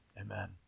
Amen